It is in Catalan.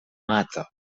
mata